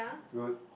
good